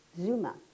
Zuma